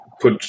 put